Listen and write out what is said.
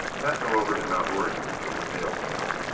that, however, did not worry me. it was nailed down.